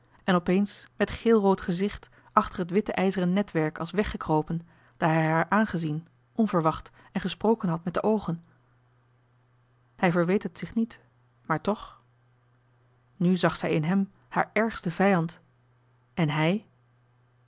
en opeens met geelrood gezicht achter het witte ijzeren netwerk als weggekropen daar hij johan de meester de zonde in het deftige dorp haar aangezien onverwacht en gesproken had met de oogen hij verweet het zich niet maar toch nu zag zij in hem haar ergsten vijand en hij